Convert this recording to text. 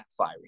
backfiring